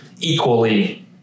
equally